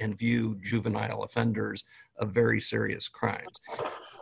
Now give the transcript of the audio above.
and view juvenile offenders a very serious crimes